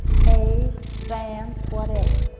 hay, sand, whatever.